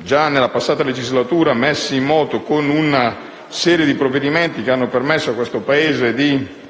già nella passata legislatura ci siamo messi in moto con una serie di provvedimenti che hanno permesso al nostro Paese di